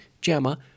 JAMA